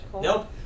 Nope